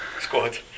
squad